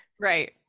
Right